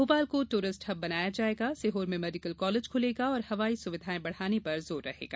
भोपाल को tourist hub बनाया जायेगा सीहोर में मेडिकल कॉलेज खुलेगा और हवाई सुविधाएं बढ़ाने पर जोर रहेगा